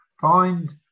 find